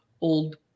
old